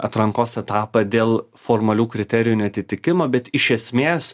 atrankos etapą dėl formalių kriterijų neatitikimo bet iš esmės